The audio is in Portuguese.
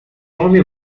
homem